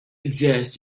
access